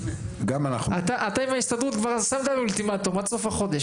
אתם וההסתדרות כבר שמתם לנו אולטימטום עד סוף החודש.